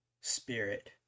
spirit